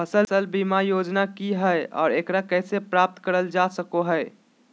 फसल बीमा योजना की हय आ एकरा कैसे प्राप्त करल जा सकों हय?